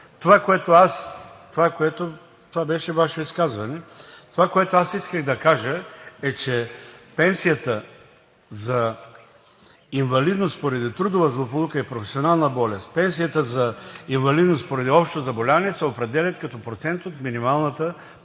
Това, което исках да кажа, е, че пенсията за инвалидност поради трудова злополука и професионална болест, пенсията за инвалидност поради общо заболяване се определя като процент от минималната пенсия